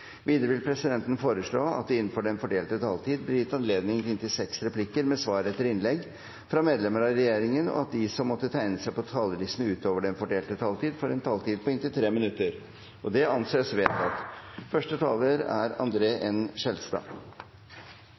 Videre vil presidenten foreslå at det – innenfor den fordelte taletid – blir gitt anledning til replikkordskifte på inntil seks replikker med svar etter innlegg fra medlemmer av regjeringen, og at de som måtte tegne seg på talerlisten utover den fordelte taletid, får en taletid på inntil 3 minutter. – Det anses vedtatt.